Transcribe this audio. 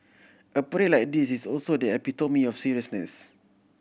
a parade like this is also the epitome of seriousness